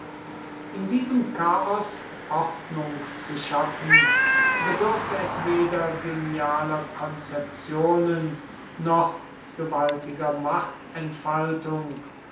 in diesem chaos ordnung zu schaffen bedurfte es weder genialer konzeptionen noch gewaltiger